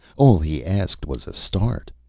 all he asked was a start.